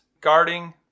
guarding